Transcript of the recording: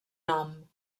nom